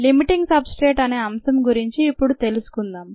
limiting substrate అనే అంశం గురించి ఇప్పుడు తెలుసుకుందాం